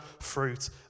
fruit